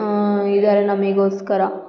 ಇದ್ದಾರೆ ನಮಗೋಸ್ಕರ